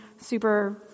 super